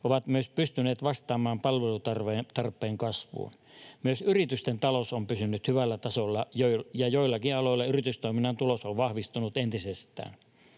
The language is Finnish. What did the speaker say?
ovat myös pystyneet vastaamaan palvelutarpeen kasvuun. Myös yritysten talous on pysynyt hyvällä tasolla, ja joillakin aloilla yritystoiminnan tulos on vahvistunut entisestään.